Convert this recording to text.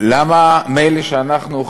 מילא שאנחנו,